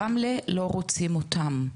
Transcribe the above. רמלה לא רוצים אותם.